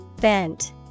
Bent